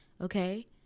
Okay